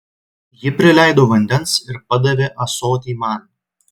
ji prileido vandens ir padavė ąsotį man